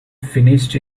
finished